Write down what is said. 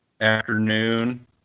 afternoon